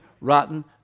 rotten